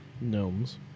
gnomes